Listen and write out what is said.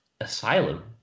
Asylum